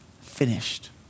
finished